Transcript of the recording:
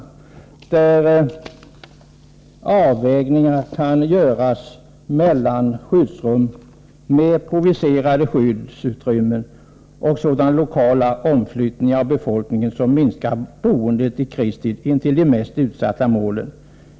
I dessa kan avvägningar göras mellan skyddsrum, mer provisoriska skyddsutrymmen och sådana lokala omflyttningar av befolkningen som minskar boendet intill de i krigstid mest utsatta målen.